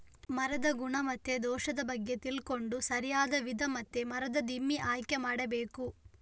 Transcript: ಮರದ ಗುಣ ಮತ್ತೆ ದೋಷದ ಬಗ್ಗೆ ತಿಳ್ಕೊಂಡು ಸರಿಯಾದ ವಿಧ ಮತ್ತೆ ಮರದ ದಿಮ್ಮಿ ಆಯ್ಕೆ ಮಾಡಬೇಕು